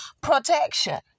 protection